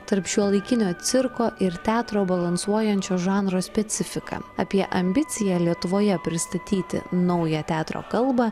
tarp šiuolaikinio cirko ir teatro balansuojančio žanro specifika apie ambiciją lietuvoje pristatyti naują teatro kalbą